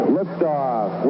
Liftoff